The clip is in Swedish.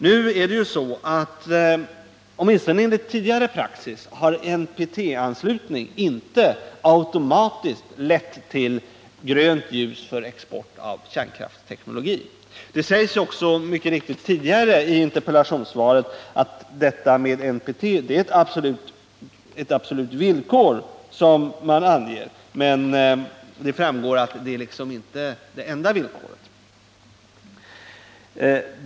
Det är emellertid så — åtminstone enligt tidigare praxis — att ett lands NPT anslutning inte automatiskt leder till grönt ljus för export av kärnkraftsteknologi. I interpellationssvaret sägs också mycket riktigt att anslutning till NPT är ett absolut villkor för att regeringen skall lämna utförseltillstånd, men att detta inte är det enda villkoret.